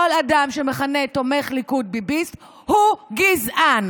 כל אדם שמכנה תומך ליכוד "ביביסט" הוא גזען.